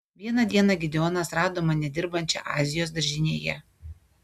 vieną dieną gideonas rado mane dirbančią azijos daržinėje